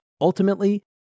ultimately